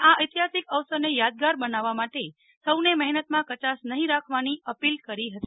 આ ઐતિહાસિક અવસર ને યાદગાર બનાવવા માટે સૌ ને મહેનત માં કચાશ નહીં રાખવાની અપીલ કરી હતી